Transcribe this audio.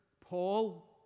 Paul